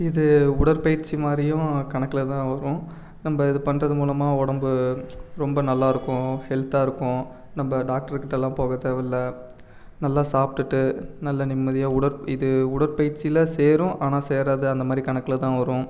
இது உடற்பயிற்சி மாதிரியும் கணக்கில் தான் வரும் நம்ப இது பண்ணுறது மூலமாக உடம்பு ரொம்ப நல்லா இருக்கும் ஹெல்த்தாக இருக்கும் நம்ப டாக்டர் கிட்டலாம் போக தேவயில்லை நல்லா சாப்பிட்டுட்டு நல்ல நிம்மதியாக உடற் இது உடற்பயிற்சியில சேரும் ஆனால் சேராது அந்த மாதிரி கணக்கில் தான் வரும்